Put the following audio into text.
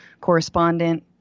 correspondent